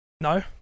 No